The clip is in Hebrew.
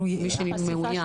למי שמאוים.